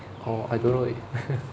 or I don't know leh